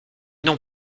non